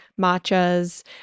matchas